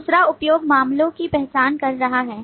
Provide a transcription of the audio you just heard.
दूसरा उपयोग मामलों की पहचान कर रहा है